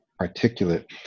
articulate